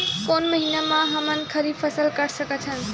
कोन महिना म हमन ह खरीफ फसल कर सकत हन?